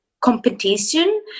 competition